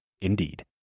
Indeed